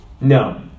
no